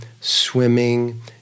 swimming